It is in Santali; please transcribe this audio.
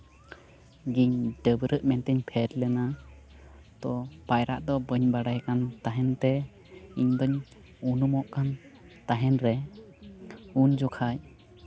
ᱜᱤᱧ ᱰᱟᱹᱵᱨᱟᱹᱜ ᱢᱮᱱᱛᱤᱧ ᱯᱷᱮᱰ ᱞᱮᱱᱟ ᱛᱚ ᱯᱟᱭᱨᱟᱜ ᱫᱚ ᱵᱟᱹᱧ ᱵᱟᱰᱟᱭᱠᱟᱱ ᱛᱟᱦᱮᱱ ᱛᱮ ᱤᱧ ᱫᱩᱧ ᱩᱱᱩᱢᱚᱜ ᱠᱟᱱ ᱛᱟᱦᱮᱱ ᱨᱮ ᱩᱱ ᱡᱚᱠᱷᱚᱱ